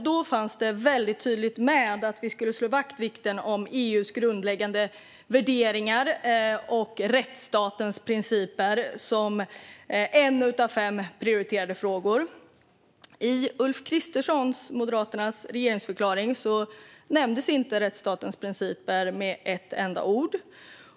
Där fanns det väldigt tydligt med att vi skulle slå vakt om EU:s grundläggande värderingar och rättsstatens principer som en av fem prioriterade frågor. I Ulf Kristerssons, Moderaterna, regeringsförklaring nämndes inte rättsstatens principer med ett enda ord.